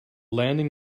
landing